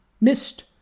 missed